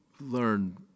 learn